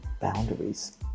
boundaries